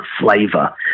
flavor